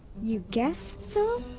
you guess so?